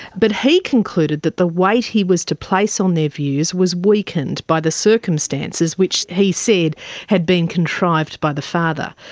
but he concluded that the weight he was to place on their views was weakened by the circumstances which he said had been contrived by the father.